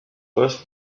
first